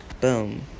Boom